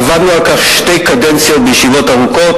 עבדנו על כך שתי קדנציות בישיבות ארוכות.